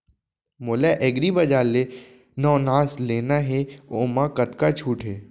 मोला एग्रीबजार ले नवनास लेना हे ओमा कतका छूट हे?